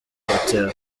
hotel